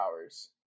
hours